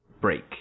break